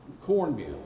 cornmeal